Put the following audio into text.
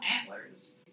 antlers